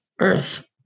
earth